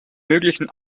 möglichen